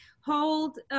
hold